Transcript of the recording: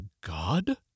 god